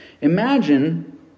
imagine